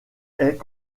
est